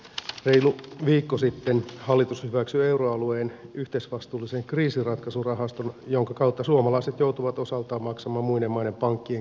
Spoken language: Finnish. reilu viikko sitten hallitus hyväksyi euroalueen yhteisvastuullisen kriisinratkaisurahaston jonka kautta suomalaiset joutuvat osaltaan maksamaan muiden maiden pankkien kriisinhoidon